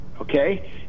Okay